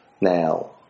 Now